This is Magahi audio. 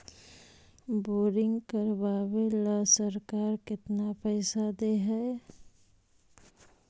बोरिंग करबाबे ल सरकार केतना पैसा दे है?